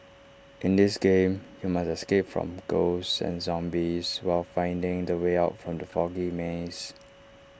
in this game you must escape from ghosts and zombies while finding the way out from the foggy maze